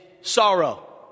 sorrow